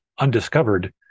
undiscovered